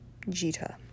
jita